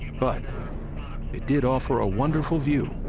but it did offer a wonderful view,